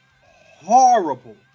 horrible